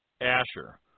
Asher